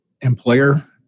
employer